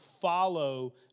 follow